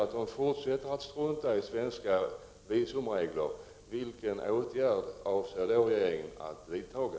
Om de nu fortsätter att strunta i svenska visumregler, vilken åtgärd avser då regeringen att vidta?